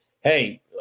hey